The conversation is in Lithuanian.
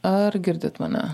ar girdit mane